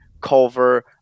Culver